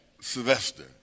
Sylvester